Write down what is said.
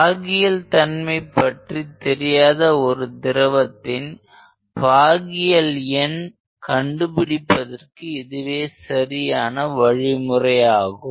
பாகியல் தன்மை பற்றி தெரியாத ஒரு திரவத்தின் பாகியல் எண் கண்டுபிடிப்பதற்கு இதுவே சரியான வழிமுறையாகும்